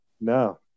no